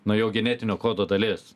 na jo genetinio kodo dalis